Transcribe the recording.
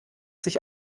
sich